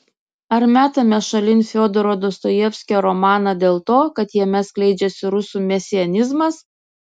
ar metame šalin fiodoro dostojevskio romaną dėl to kad jame skleidžiasi rusų mesianizmas